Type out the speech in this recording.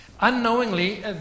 Unknowingly